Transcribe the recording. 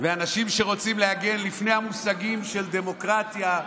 ואנשים שרוצים להגן, לפני המושגים "דמוקרטיה"